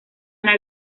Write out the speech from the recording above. ana